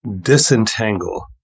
disentangle